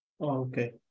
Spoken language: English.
Okay